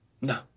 No